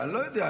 אני לא יודע.